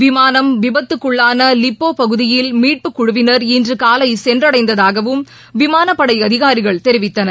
விமானம் விபத்தக்குள்ளானலிப்போபகுதியில் மீட்புக்குழுவினா் இன்றுகாலைசென்றடைந்ததாகவும் விமானப்படைஅதிகாரிகள் தெரிவித்தனர்